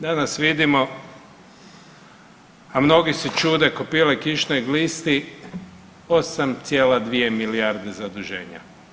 Danas vidimo, a mnogi se čude ko pile kišnoj glisti 8,2 milijarde zaduženja.